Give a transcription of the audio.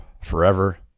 forever